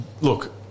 Look